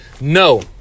no